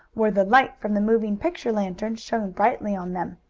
where the light from the moving picture lantern shone brightly on them.